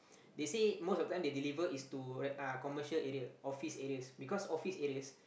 they say most of them they deliver is to re~ uh commercial area office areas because office areas